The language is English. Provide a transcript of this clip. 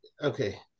Okay